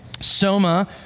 Soma